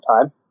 time